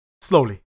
Slowly